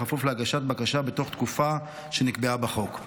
בכפוף להגשת בקשה בתוך תקופה שנקבעה בחוק.